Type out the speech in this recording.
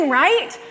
right